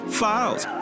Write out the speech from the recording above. files